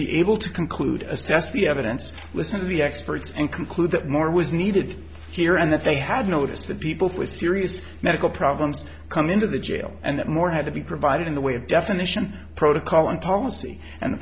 be able to conclude assess the evidence listen to the experts and conclude that more was needed here and that they had noticed that people with serious medical problems come into the jail and that more had to be provided in the way of definition protocol and policy and